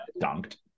dunked